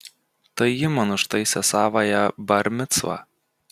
tai ji man užtaisė savąją bar micvą